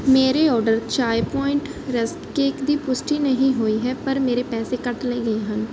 ਮੇਰੇ order Chai Point rusk cake ਦੀ ਪੁਸ਼ਟੀ ਨਹੀਂ ਹੋਈ ਹੈ ਪਰ ਮੇਰੇ ਪੈਸੇ ਕੱਟ ਲਏ ਗਏ ਹਨ